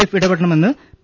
F ഇടപെടണമെന്ന് P